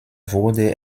wurde